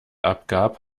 abgab